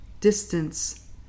distance